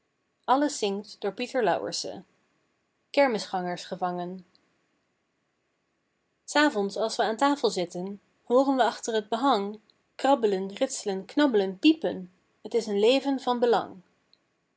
kermisgangers gevangen s avonds als we aan tafel zitten hooren we achter het behang krabb'len rits'len knabb'len piepen t is een leven van belang